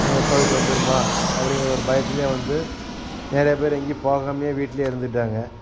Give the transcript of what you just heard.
Covid வந்துடுமா அப்படிங்கிற ஒரு பயத்திலயே வந்து நிறையப்பேர் எங்கேயும் போகாமயே வீட்டிலே இருந்துட்டாங்க